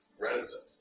reticent